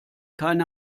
keine